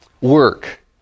work